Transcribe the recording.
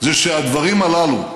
זה שהדברים הללו,